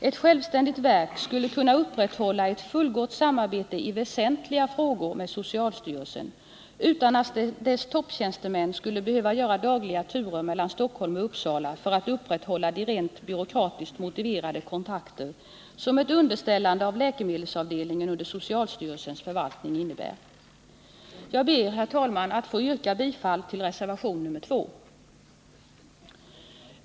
Ett självständigt verk skulle i väsentliga frågor kunna upprätthålla ett fullgott samarbete med socialstyrelsen utan att styrelsens topptjänstemän skulle behöva göra dagliga turer mellan Stockholm och Uppsala för att upprätthålla de rent byråkratiskt motiverade kontakter som ett underställande av läkemedelsavdelningen under socialstyrelsens förvaltning innebär. Jag ber, herr talman, att få yrka bifall till reservation 2.